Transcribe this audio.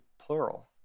plural